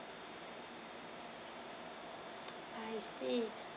I see